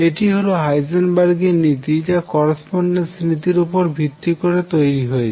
এটি হলো হাইজেনবার্গের নীতি যা করেসপন্ডেন্স নীতির উপর ভিত্তি করে তৈরি হয়েছে